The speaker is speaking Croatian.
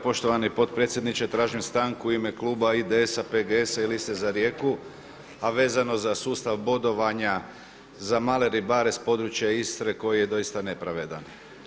Poštovani potpredsjedniče, tražim stanku u ime kluba IDS-a, PGS-a i Liste za Rijeku a vezano za sustav bodovanja za male ribare sa područja Istre koji je doista nepravedan.